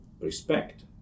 respect